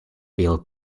bill